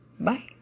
Bye